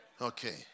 Okay